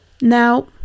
Now